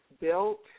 built